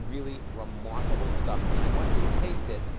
really remarkable stuff. and i want you to taste it.